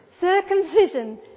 circumcision